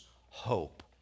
hope